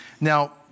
Now